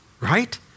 right